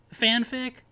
fanfic